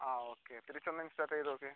ആ ഓക്കെ തിരിച്ചൊന്ന് ഇൻസേർട്ട് ചെയ്ത് നോക്ക്